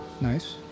Nice